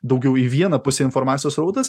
daugiau į vieną pusę informacijos srautas